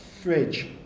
fridge